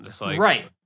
Right